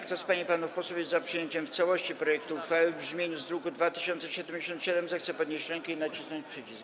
Kto z pań i panów posłów jest za przyjęciem w całości projektu uchwały w brzmieniu z druku nr 2077, zechce podnieść rękę i nacisnąć przycisk.